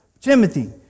Timothy